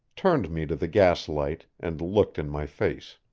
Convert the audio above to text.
turned me to the gaslight, and looked in my face.